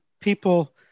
people